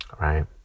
right